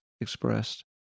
expressed